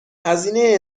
هزینه